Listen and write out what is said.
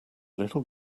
little